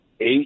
eight